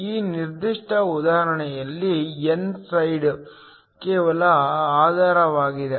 ಈ ನಿರ್ದಿಷ್ಟ ಉದಾಹರಣೆಯಲ್ಲಿ n ಸೈಡ್ ಕೇವಲ ಆಧಾರವಾಗಿದೆ